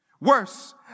Worse